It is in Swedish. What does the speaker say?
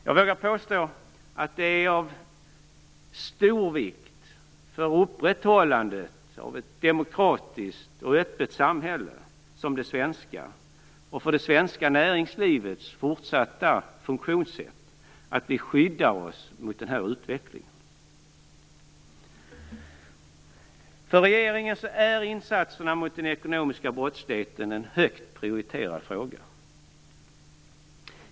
Jag vågar påstå att det är av stor vikt för upprätthållandet av ett demokratiskt och öppet samhälle som det svenska och för det svenska näringslivets fortsatta funktionssätt att vi skyddar oss mot den här utvecklingen. För regeringen är insatserna mot den ekonomiska brottsligheten en högt prioriterad fråga.